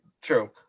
true